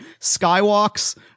skywalks